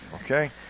Okay